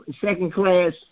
second-class